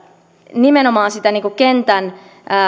nimenomaan sitä kentän